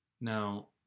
Now